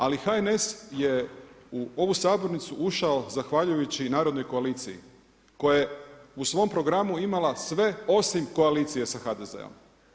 Ali HNS je u ovu sabornicu ušao zahvaljujući Narodnoj koaliciji koja je u svom programu imala sve osim koalicije sa HDZ-om.